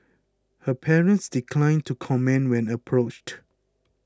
her parents declined to comment when approached